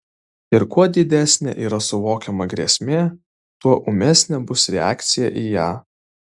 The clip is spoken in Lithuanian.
ir kuo didesnė yra suvokiama grėsmė tuo ūmesnė bus reakcija į ją